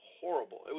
horrible